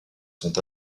sont